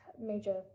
major